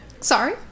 sorry